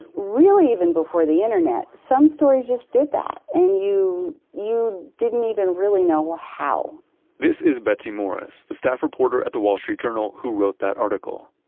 really even before the internet. some stories just did that, and you you didn't even really know how this is betsy morris, the staff reporter at the wall street journal who wrote that article.